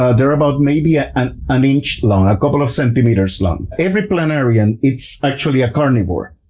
ah they're about maybe ah an an inch long, a couple of centimeters long. every planarian is actually a carnivore.